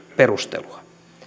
perustelua